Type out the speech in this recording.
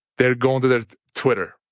they're going to their twitter,